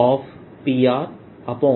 dV